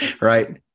right